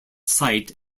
site